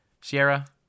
Sierra